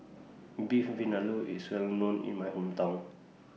Beef Vindaloo IS Well known in My Hometown